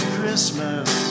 Christmas